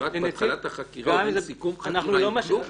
רק התחלת החקירה ואין עדיין סיכום חקירה ואין כלום?